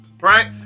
right